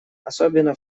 особенно